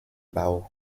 bauch